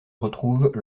recouvrent